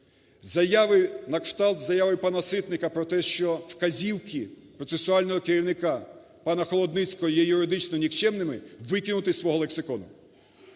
Заяви накшталт, заяви пана Ситника про те, що вказівки процесуального керівника пана Холодницького є юридично нікчемними, викинути із свого лексикону.